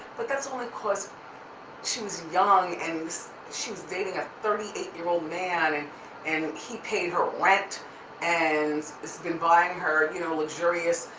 but that's only cause she was young and she was dating a thirty eight year old man and and he paid her rent and has been buying her, you know, luxurious,